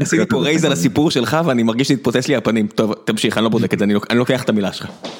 עשיתי פורייז על הסיפור שלך ואני מרגיש שהתפוצץ לי על הפנים. טוב, תמשיך, אני לא בודק את זה, אני לוקח את המילה שלך.